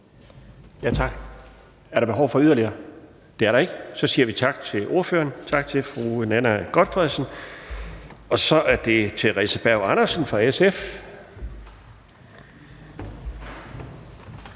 Tak. Er der behov for yderligere? Det er der ikke, så vi siger tak til ordføreren. Tak til fru Nanna W. Gotfredsen. Så er det fru Theresa Berg Andersen fra SF.